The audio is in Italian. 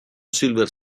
silver